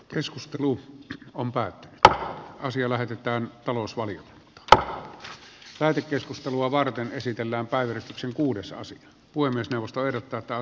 puhemiesneuvosto ehdottaa että asia lähetetään talousvalio tavalla päätekeskustelua varten esitellään päivystyksen kuudessa se voi myös nousta sivistysvaliokuntaan